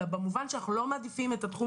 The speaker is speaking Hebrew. אלא במובן שאנחנו לא מעדיפים את התחום